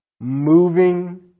Moving